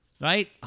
right